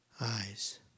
eyes